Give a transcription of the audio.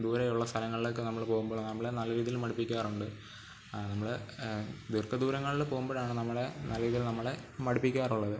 ദൂരെയുള്ള സ്ഥലങ്ങളിലൊക്കെ നമ്മൾ പോകുമ്പോൾ നമ്മളെ നല്ല രീതിയിൽ മടുപ്പിക്കാറുണ്ട് നമ്മൾ ദീർഘ ദൂരങ്ങളിൽ പോകുമ്പോഴാണ് നമ്മളെ നല്ല രീതിയിൽ നമ്മളെ മടുപ്പിക്കാറുള്ളത്